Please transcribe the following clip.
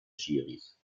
schiris